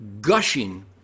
gushing